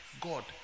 God